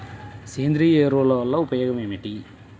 సేంద్రీయ ఎరువుల వల్ల ఉపయోగమేమిటీ?